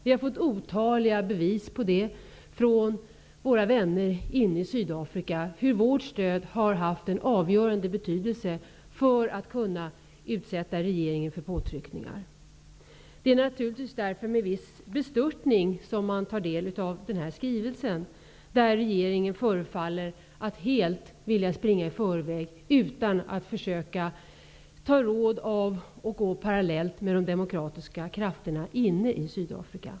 Vi har fått otaliga bevis från våra vänner i Sydafrika på hur vårt stöd har haft avgörande betydelse för att kunna utsätta regeringen för påtryckningar. Det är naturligtvis därför med viss bestörtning som man nu tar del av denna skrivelse, där den svenska regeringen förefaller vilja springa i förväg utan att försöka ta råd av och gå parallellt med de demokratiska krafterna i Sydafrika.